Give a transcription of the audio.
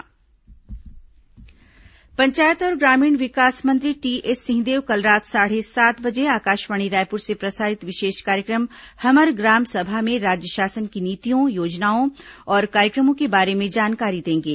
हमर ग्राम सभा पंचायत और ग्रामीण विकास मंत्री टीएस सिंहदेव कल रात साढ़े सात बजे आकाशवाणी रायपुर से प्रसारित विशेष कार्यक्रम हमर ग्राम सभा में राज्य शासन की नीतियों योजनाओं और कार्यक्रमों के बारे में जानकारी देंगे